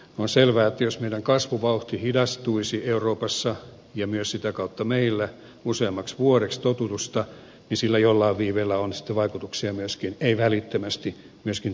on selvää että jos kasvuvauhti hidastuisi euroopassa ja sitä kautta myös meillä useammaksi vuodeksi totutusta niin sillä jollain viiveellä on sitten vaikutuksia myöskin ei välittömästi työllisyyskehitykseen